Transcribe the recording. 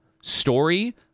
story